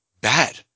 bad